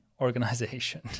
organization